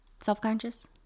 self-conscious